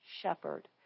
shepherd